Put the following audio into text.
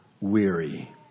weary